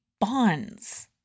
bonds